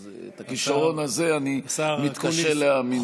אז את הכישרון הזה אני מתקשה להאמין שיש לי.